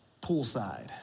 poolside